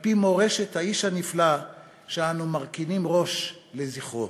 על-פי מורשת האיש הנפלא שאנו מרכינים ראש לזכרו.